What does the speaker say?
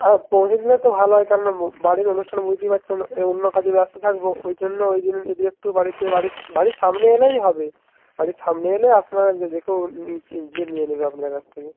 হ্যাঁ পৌঁছে দিলে তো ভালো হয় কেননা বাড়ির অনুষ্ঠানে বুঝতেই পারছেন এ অন্য কাজে ব্যস্ত থাকব ওই জন্য ওই দিন যদি একটু বাড়িতে বাড়ি বাড়ির সামনে এলেই হবে বাড়ির সামনে এলে আপনার যে যে কেউ নিচে যেয়ে নিয়ে নেবে আপনাদের কাছ থেকে